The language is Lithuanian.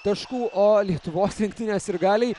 taškų o lietuvos rinktinės sirgaliai